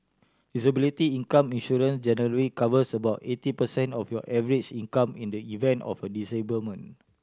disability income insurance generally covers about eighty percent of your average income in the event of a disablement